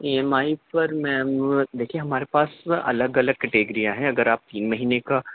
E M I پر ma'am دیکھیے ہمارے پاس الگ الگ کٹیگریاں ہیں اگر آپ تین مہینے کا